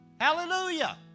Hallelujah